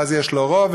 ואז יש לו רוב,